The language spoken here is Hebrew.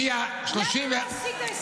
למה לא עשית הסדר?